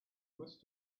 must